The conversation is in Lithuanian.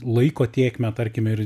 laiko tėkmę tarkime ir